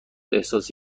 احساس